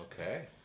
Okay